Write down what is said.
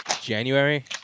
January